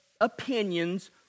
opinions